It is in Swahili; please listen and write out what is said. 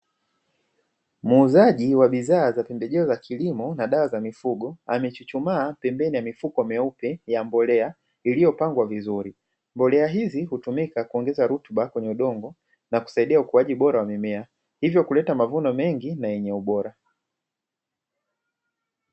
Muuzaji wa bidhaa za pembejeo za kilimo na dawa za mifugo, amechuchumaa pembeni ya mifuko meupe ya mbolea iliyopangwa vizuri. Mbolea hizi hutumika kuongeza rutuba kwenye udongo na kusaidia ukuaji bora wa mimea, hivyo kuleta mavuno mengi na yenye ubora.